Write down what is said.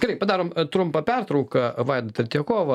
gerai padarom trumpą pertrauką vaida tretjakova